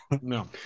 No